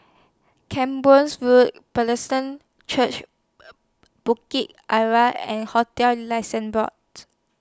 Camborne Road Bethesda Church Bukit Arang and hotels Licensing Board